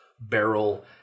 barrel